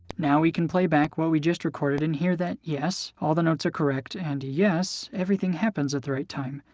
now we can play back what we just recorded and hear that, yes, all the notes are correct and, yes, everything happens at the right time.